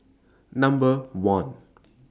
Number one